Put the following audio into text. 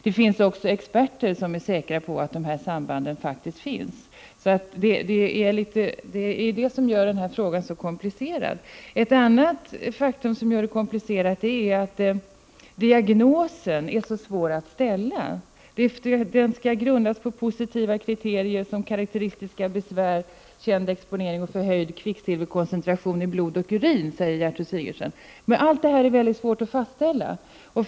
Det finns också experter som är säkra på att sambanden faktiskt finns. Det är det som gör den här frågan så komplicerad. Ett annat faktum som gör saken komplicerad är att diagnosen är så svår att ställa. Den skall grundas på positiva kriterier så som karakteristiska besvär, känd exponering och förhöjda kvicksilverkoncentrationer i blod och urin, säger Gertrud Sigurdsen. Allt detta är mycket svårt att fastställa.